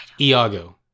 Iago